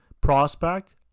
prospect